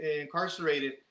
incarcerated